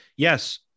Yes